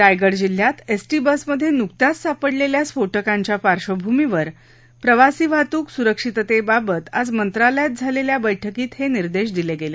रायगड जिल्ह्यात एसटी बसमध्ये नुकत्याच सापडलेल्या स्फोटकांच्या पार्श्वभूमीवर प्रवासी वाहतूक सुरक्षिततेबाबत आज मंत्रालयात झालेल्या बैठकीत हे निर्देश दिले गेले